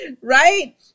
Right